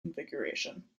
configuration